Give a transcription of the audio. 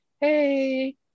hey